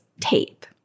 tape